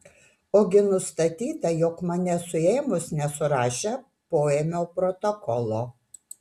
ogi nustatyta jog mane suėmus nesurašė poėmio protokolo